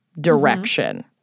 direction